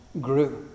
grew